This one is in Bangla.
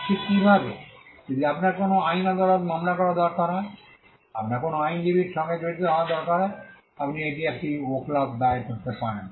ঠিক কীভাবে যদি আপনার কোনও আইন আদালতে মামলা করার দরকার হয় আপনার কোনও আইনজীবীর সাথে জড়িত হওয়া দরকার আপনি এটি একটি ওয়াকালাত দায়ের করে করেন